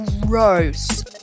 gross